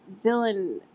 Dylan